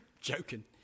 joking